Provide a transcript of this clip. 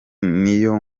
n’iyo